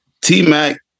T-Mac